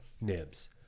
nibs